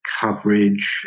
coverage